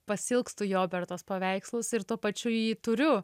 pasiilgstu jo per tuos paveikslus ir tuo pačiu jį turiu